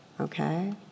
okay